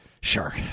Sure